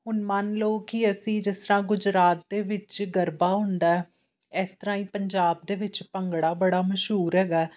ਹੁਣ ਮੰਨ ਲਓ ਕਿ ਅਸੀਂ ਜਿਸ ਤਰ੍ਹਾਂ ਗੁਜਰਾਤ ਦੇ ਵਿੱਚ ਗਰਬਾ ਹੁੰਦਾ ਇਸ ਤਰ੍ਹਾਂ ਹੀ ਪੰਜਾਬ ਦੇ ਵਿੱਚ ਭੰਗੜਾ ਬੜਾ ਮਸ਼ਹੂਰ ਹੈਗਾ